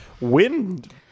Wind